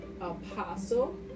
apostle